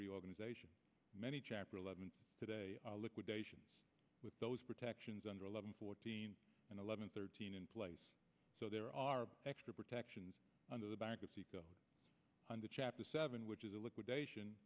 reorganization many chapter eleven today liquidation with those protections under eleven fourteen and eleven thirteen in place so there are extra protections under the bankruptcy go under chapter seven which is a liquidation